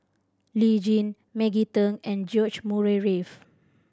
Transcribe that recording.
Lee Tjin Maggie Teng and George Murray Reith